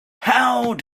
how